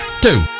two